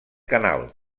canal